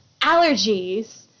allergies